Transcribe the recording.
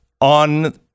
on